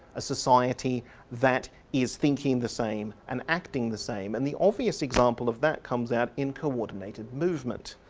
a society that is thinking the same and acting the same and the obvious example of that comes out in coordinated movement.